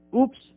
oops